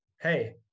Hey